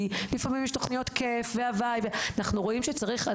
כי לפעמים יש תוכניות כיף והווי ואנחנו רואים שצריך,